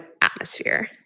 atmosphere